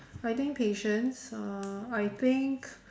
I think patience uh I think